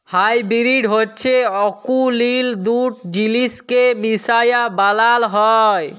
hybrid হছে অকুলীল দুট জিলিসকে মিশায় বালাল হ্যয়